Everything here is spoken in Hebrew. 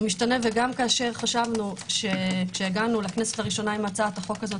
וגם כשחשבנו כשהגענו לכנסת הראשונה עם הצעת החוק הזו,